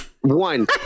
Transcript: one